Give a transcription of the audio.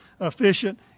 efficient